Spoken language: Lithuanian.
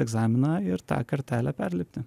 egzaminą ir tą kartelę perlipti